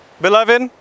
beloved